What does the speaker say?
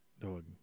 Dog